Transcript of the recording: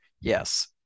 Yes